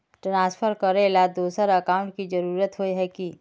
Transfer करेला दोसर account की जरुरत होय है की?